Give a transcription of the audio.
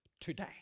today